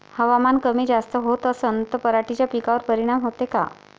हवामान कमी जास्त होत असन त पराटीच्या पिकावर परिनाम होते का?